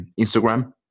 Instagram